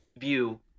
view